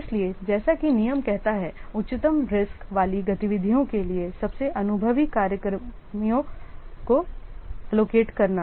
इसलिए जैसा कि नियम कहता है उच्चतम रीस्क वाली गतिविधियों के लिए सबसे अनुभवी कर्मचारियों को एलोकेट करना